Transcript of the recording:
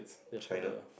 China